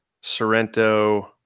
Sorrento